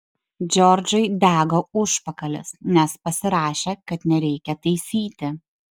džordžui dega užpakalis nes pasirašė kad nereikia taisyti